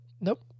Nope